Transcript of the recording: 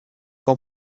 ans